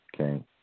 okay